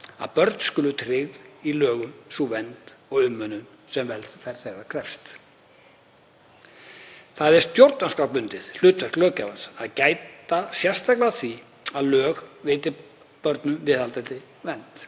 að börnum skuli tryggð í lögum sú vernd og umönnun sem velferð þeirra krefst. Það er stjórnarskrárbundið hlutverk löggjafans að gæta sérstaklega að því að lög veiti börnum viðhlítandi vernd.